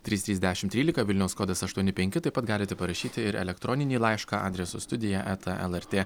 trys trys dešim trylika vilniaus kodas aštuoni penki taip pat galite parašyti ir elektroninį laišką adresu studija eta lrt